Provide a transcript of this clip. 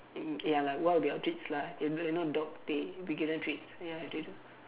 mm ya lah what would be our treats lah you know you know dog we give them treats ya they do